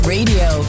Radio